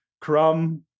crumb